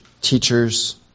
teachers